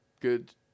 good